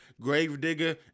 Gravedigger